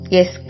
Yes